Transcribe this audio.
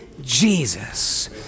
Jesus